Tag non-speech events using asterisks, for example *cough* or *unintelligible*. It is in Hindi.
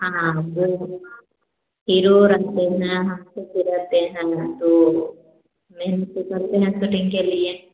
हाँ *unintelligible* हीरो रखते हैं हम *unintelligible* शूटिंग के लिए